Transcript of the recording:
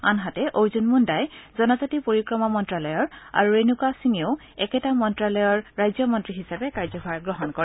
আনহাতে অৰ্জুন মুণ্ডাই জনজাতি পৰিক্ৰমা মন্তালয়ৰ আৰু ৰেণুকা সিঙেও একেটা মন্তালয়ৰে ৰাজ্য মন্ত্ৰী হিচাপে কাৰ্যভাৰ গ্ৰহণ কৰে